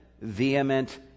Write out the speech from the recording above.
vehement